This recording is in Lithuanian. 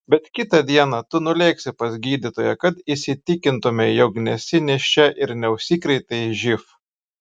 bet kitą dieną tu nulėksi pas gydytoją kad įsitikintumei jog nesi nėščia ir neužsikrėtei živ